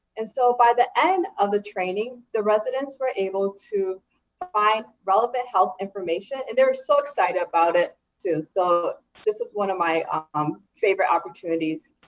and so by the end of the training, the residents were able to find relevant health information, and they were so excited about it too. so this was one of my ah um favorite opportunities